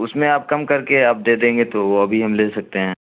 اس میں آپ کم کر کے آپ دے دیں گے تو وہ ابھی ہم لے سکتے ہیں